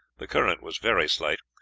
the current was very slight,